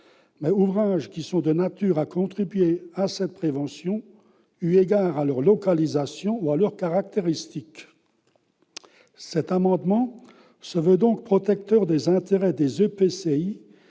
mais sont de nature à contribuer à cette prévention, eu égard à leur localisation et à leurs caractéristiques. Cet amendement se veut donc protecteur des intérêts des EPCI